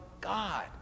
God